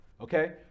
Okay